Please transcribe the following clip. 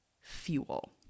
fuel